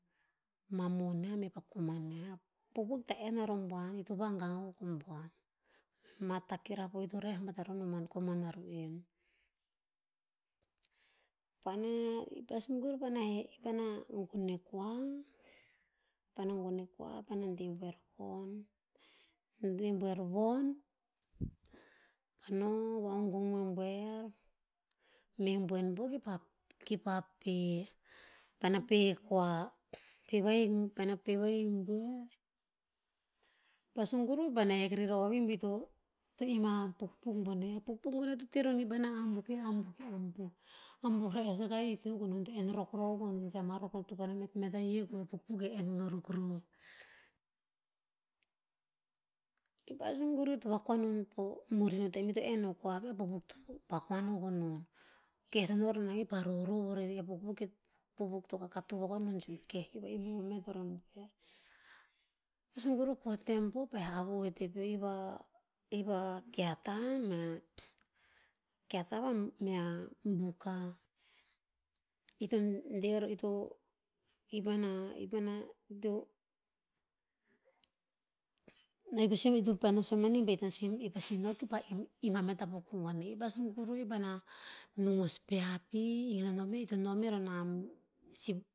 Mah moniah meh pah koman niah. Pukpuk ta enn aroh buan, i to va gang akuk a buan. Mah takirah po ito reh a bat a roh ino buan koman a ru'en. Paena i ta sun gur paena he, i paena gon e kua, paena gon e kua peana deh buer von. Deh buer von, pah noh va ogong meh buer, meh boen po, kipah peh, paena peh e kua. Peh vahik, paena peh vahik buer, pah sun kuruh paena hek rer oveh bih to imm a pukpuk boneh. Pukpuk boneh to teh roh non. Ki paena ambuh, ki ambuh, ki ambuh, ki ambuh, ambuh res akah, he to akuk o non to enn rokrok akuk o non. Ama rokrok to metmet ahik roh a pukpuk enn- enn non e rokrok. Ki pah sun kuruh kipah vakoan non po murin otem ito enn o e kua veh, pukpuk to vakoan akuk o non. Keh to rer nah pah rov- rov o rer a pukpuk he, pukpuk to kakato vakoan o non sih o keh kipah imbim a met or ambuer. Suguru po tem vo pe havo te pe iva-iva kieta ma- kieta mea buka. I tun diara i to i pana nai pesu i tupana son manin va te sive e pa sive a tupa iva mata popo ane, vas kukuroi vana nomas piapi nana mei te name ra nanu, sive